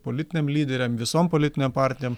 politiniam lyderiam visom politinėm partijom